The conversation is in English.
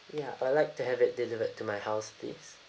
ya I would like to have it delivered to my house please